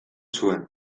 zuen